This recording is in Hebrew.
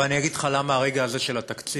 אבל אני אגיד לך למה הרגע הזה של התקציב